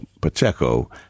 Pacheco